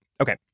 Okay